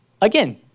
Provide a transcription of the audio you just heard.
Again